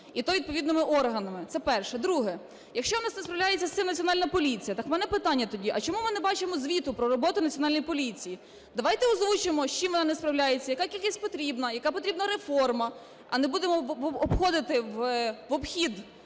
і то відповідними органами. Це перше. Друге. Якщо не справляється з цим Національна поліція, так у мене питання тоді: а чому ми не бачимо звіту про роботу Національної поліції? Давайте озвучимо, з чим вона не справляється, яка кількість потрібна, яка потрібна реформа? А не будемо обходити… в обхід